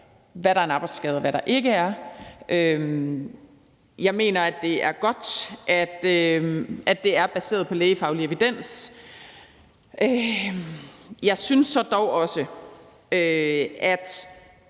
hvad der er en arbejdsskade, og hvad der ikke er. Jeg mener, det er godt, at det er baseret på lægefaglig evidens. Jeg synes dog også, at